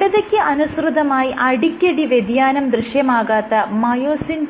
ദൃഢതയ്ക്ക് അനുസൃതമായി അടിയ്ക്കടി വ്യതിയാനം ദൃശ്യമാകാത്ത മയോസിൻ